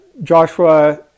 Joshua